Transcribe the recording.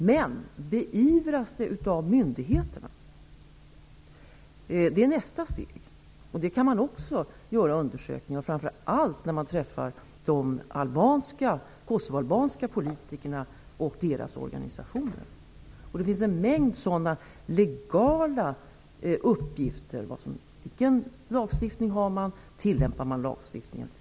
Men beivras de av myndigheterna? Det är nästa steg. Det kan man också göra undersökningar om, framför allt när man träffar de kosovoalbanska politikerna och deras organisationer. Det finns en mängd sådana legala uppgifter. Vilken lagstiftning finns? Tillämpar man lagstiftningen?